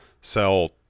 sell